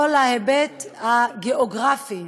כל ההיבט הגיאוגרפי,